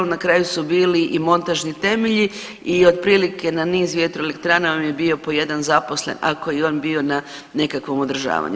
Na kraju su bili i montažni temelji i otprilike na niz vjetroelektrana vam je bio po jedan zaposlen ako je on bio na nekakvom održavanju.